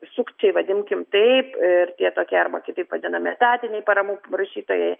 sukčiai vadimkim taip ir tie tokie arba kitaip vadinami etatiniai paramų prašytojai